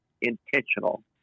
intentional